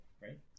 right